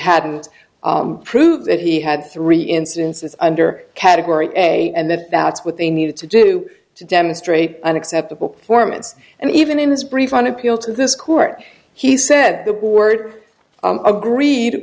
hadn't proved that he had three instances under category a and that that's what they needed to do to demonstrate an acceptable formants and even in his brief on appeal to this court he said the board agreed